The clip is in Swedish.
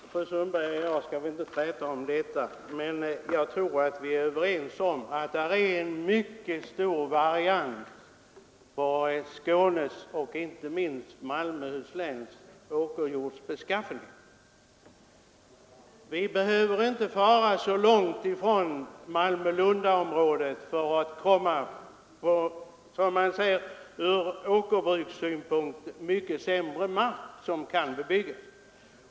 Herr talman! Fru Sundberg och jag skall inte träta om detta, men jag tror att vi är överens om att det finns en mycket stor variation i vad gäller beskaffenheten hos åkerjorden i Skåne — inte minst i Malmöhus län. Vi behöver inte fara särskilt långt från Malmö-Lundområdet för att komma till ur åkerbrukssynpunkt mycket sämre mark, som kan bebyggas.